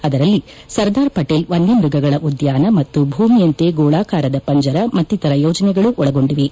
ಅದರಲ್ಲಿ ಸರ್ದಾರ್ ಪಟೇಲ್ ವನ್ನಮ್ಬಗಗಳ ಉದ್ಯಾನ ಮತ್ತು ಭೂಮಿಯಂತೆ ಗೋಳಾಕಾರದ ಪಂಜರ ಮತ್ತಿತರ ಯೋಜನೆಗಳು ಒಳಗೊಂಡಿವೆ